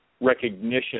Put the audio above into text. recognition